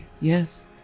Yes